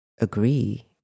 agree